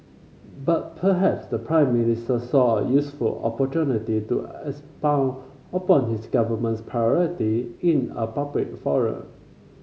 but perhaps the Prime Minister saw a useful opportunity to expound upon his government's priority in a public forum